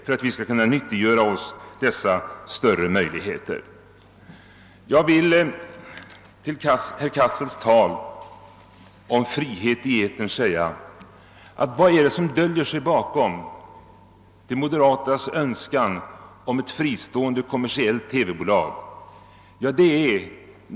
het i etern kan man fråga sig vad som döljer sig bakom de moderatas önskan om ett fristående kommersiellt TV-bolag.